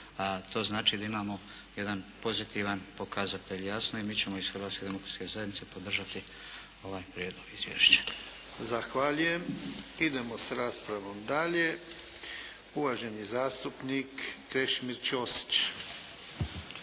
to znači da imamo jedan pozitivan pokazatelj, jasno. I mi ćemo iz Hrvatske demokratske zajednice podržati ovaj Prijedlog izvješća. **Jarnjak, Ivan (HDZ)** Zahvaljujem. Idemo sa raspravom dalje. Uvaženi zastupnik Krešimir Ćosić.